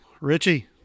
richie